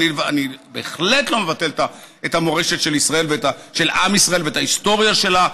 אבל בהחלט לא מבטל את המורשת של עם ישראל ואת ההיסטוריה שלו,